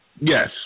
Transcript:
Yes